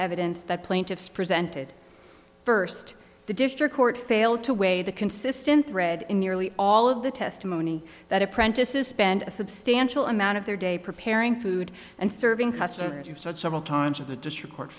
evidence that plaintiffs presented first the district court failed to weigh the consistent thread in nearly all of the testimony that apprentices spend a substantial amount of their day preparing food and serving customers and such several times of the district court